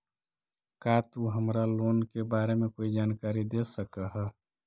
का तु हमरा लोन के बारे में कोई जानकारी दे सकऽ हऽ?